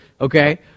okay